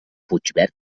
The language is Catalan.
puigverd